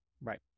Right